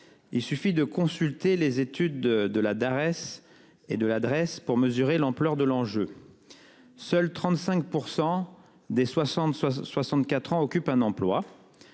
Il suffit de consulter les études de la Darès et de l'adresse pour mesurer l'ampleur de l'enjeu. Seuls 35% des 60 64 ans occupe un emploi.